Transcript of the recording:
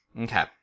Okay